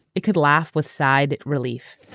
it could laugh with sighed relief.